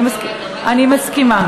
אני מסכימה.